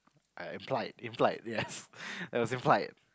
I implied implied yes it was implied